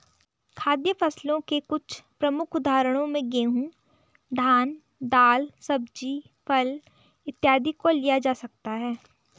खाद्य फसलों के कुछ प्रमुख उदाहरणों में गेहूं, धान, दाल, सब्जी, फल इत्यादि को लिया जा सकता है